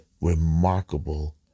remarkable